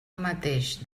mateix